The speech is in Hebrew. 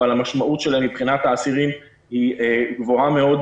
אבל המשמעות שלהם מבחינת האסירים היא גבוהה מאוד,